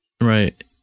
Right